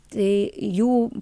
tai jų